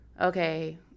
okay